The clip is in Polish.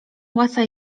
łasa